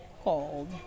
called